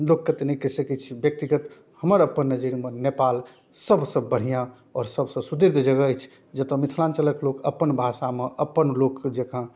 लोकके तऽ नहि कहि सकै छी व्यक्तिगत हमर अपन नजरिमे नेपाल सबसँ बढ़िआँ आओर सबसँ सुदृढ़ जगह अछि जतऽ मिथिलाञ्चलके लोक अपन भाषामे अपन लोक जकाँ